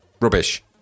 Rubbish